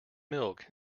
milk